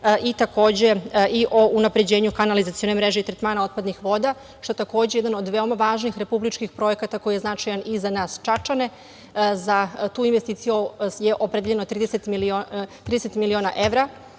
takođe i o unapređenju kanalizacione mreže i tretmana otpadnih voda, što je takođe jedan od veoma važnih republičkih projekata koji je značajan i za nas Čačane. Za tu investiciju je opredeljeno 30 miliona evra